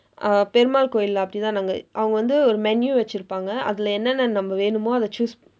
uh perumal Perumal கோயில்ல அப்படிதான் நாங்க அவங்க வந்து ஒரு menu வச்சிருப்பாங்க அதுல நம்ம என்னென்ன வேணுமோ அத choose